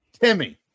Timmy